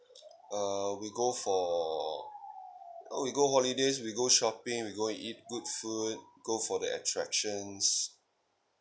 uh we go for oh we go holidays we go shopping we go and eat good food go for the attractions